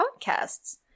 podcasts